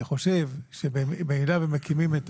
אני חושב שאם מקימים את